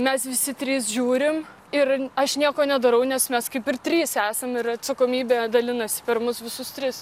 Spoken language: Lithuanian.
mes visi trys žiūrim ir aš nieko nedarau nes mes kaip ir trys esam ir atsakomybė dalinasi per mus visus tris